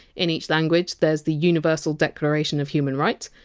in each language, there! s the universal declaration of human rights,